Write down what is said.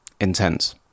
intense